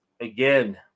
again